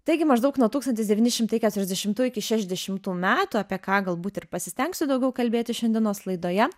taigi maždaug nuo tūkstantis devyni šimtai keturiasdešimtų iki šešiasdešimtų metų apie ką galbūt ir pasistengsiu daugiau kalbėti šiandienos laidoje